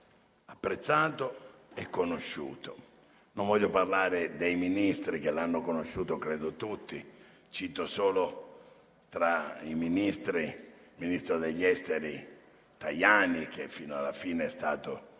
apprezzare e conoscere. Non voglio parlare dei Ministri che l'hanno conosciuto, credo tutti; cito solo tra i Ministri il ministro degli affari esteri Tajani, che fino alla fine è stato